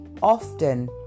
often